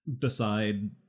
decide